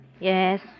Yes